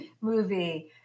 movie